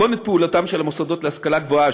מתכונת פעולתם של המוסדות להשכלה גבוהה,